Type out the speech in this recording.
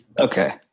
Okay